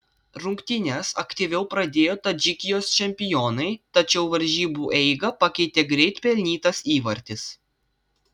rungtynes aktyviau pradėjo tadžikijos čempionai tačiau varžybų eigą pakeitė greit pelnytas įvartis